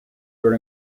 were